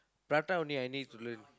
prata only I need to learn